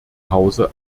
hause